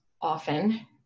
often